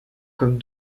comme